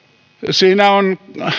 siinä on